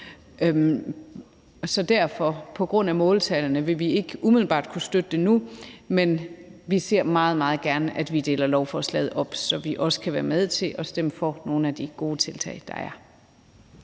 Så derfor, på grund af måltallene, vil vi ikke umiddelbart kunne støtte det nu, men vi ser meget, meget gerne, at vi deler lovforslaget op, så vi også kan være med til at stemme for nogle af de gode tiltag, der er.